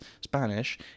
Spanish